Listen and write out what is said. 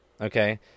Okay